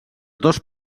dos